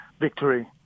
victory